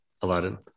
Aladdin